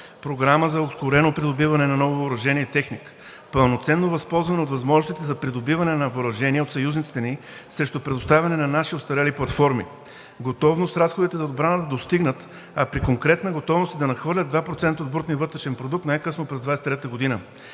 програма за ускорено придобиване на ново въоръжение и техника; пълноценно възползване от възможностите за придобиване на въоръжение от съюзниците ни срещу предоставяне на наши остарели платформи; готовност разходите за отбрана да достигнат, а при конкретна готовност и да надхвърлят 2% от брутния вътрешен продукт най-късно през 2023 г.;